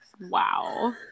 wow